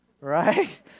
right